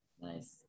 Nice